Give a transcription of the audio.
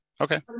okay